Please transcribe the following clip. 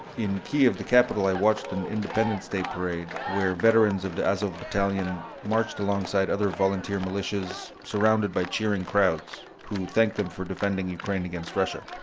in kiev, the capital, i watched an independence day parade where veterans of the azov battalion marched alongside other volunteer militias surrounded by cheering crowds who thanked them for defending ukraine against russia.